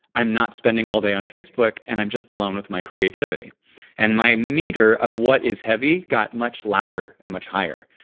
i'm not spending all day on facebook and i'm just alone with my creativity and my meter of what is heavy got much louder and much higher.